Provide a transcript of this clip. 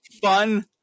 fun